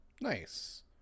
Nice